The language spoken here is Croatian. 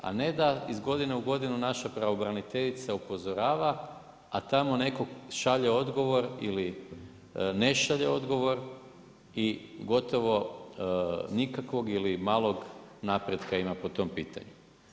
A ne da iz godine u godinu, naša pravobraniteljica upozorava, a tamo nekoga šalje odgovor ili ne šalje odgovor i gotovo nikakvog ili malog napretka ima po tom pitanju.